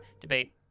debate